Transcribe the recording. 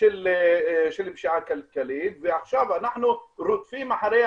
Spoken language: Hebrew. פשיעה כלכלית ועכשיו אנחנו רודפים אחרי